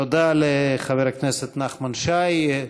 תודה לחבר הכנסת נחמן שי.